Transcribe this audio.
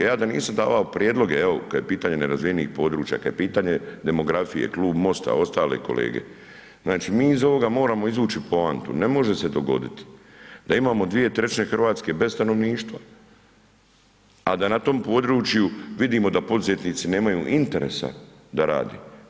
Ja da nisam davao prijedloge, evo kada je pitanje nerazvijenih područja, kada je pitanje demografije, klub MOST-a, ostale kolege, znači mi iz ovoga moramo izvući poantu, ne može se dogoditi da imamo 2/3 Hrvatske bez stanovništva a da na tom području vidimo da poduzetnici nemaju interesa da rade.